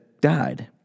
died